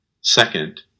Second